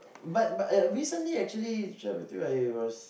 but but recently actually to share with you I was